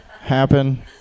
happen